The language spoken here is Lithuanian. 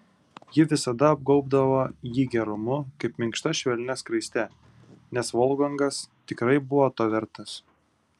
ji visada apgaubdavo jį gerumu kaip minkšta švelnia skraiste nes volfgangas tikrai buvo to vertas